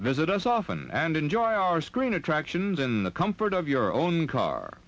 visit as often and enjoy our screen attractions in the comfort of your own car